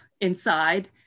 inside